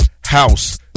house